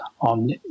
on